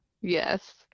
Yes